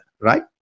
right